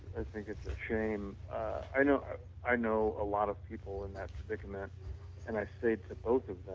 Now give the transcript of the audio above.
i think it's a shame, i know i know a lot of people in that predicament and i say to both of them,